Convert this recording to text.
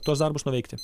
tuos darbus nuveikti